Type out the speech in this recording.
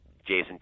Jason